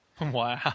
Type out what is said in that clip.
wow